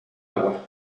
agua